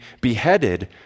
beheaded